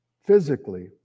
physically